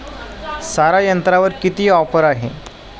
सारा यंत्रावर किती ऑफर आहे?